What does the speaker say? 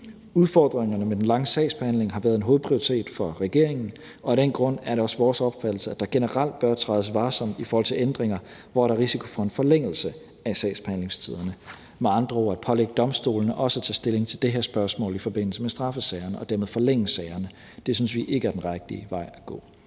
Udfordringerne med den lange sagsbehandlingstid har været en hovedprioritet for regeringen, og af den grund er det også vores opfattelse, at der generelt bør trædes varsomt i forhold til ændringer, hvor der er risiko for en forlængelse af sagsbehandlingstiderne, med andre ord synes vi ikke, at det at pålægge domstolene også at tage stilling til det her spørgsmål i forbindelse med straffesagerne og dermed forlænge sagerne er den rigtige vej at gå,